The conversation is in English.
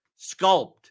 sculpt